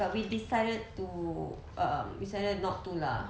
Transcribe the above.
but we decided to um decided not to lah